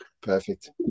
Perfect